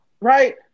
Right